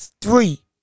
three